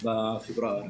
בחברה.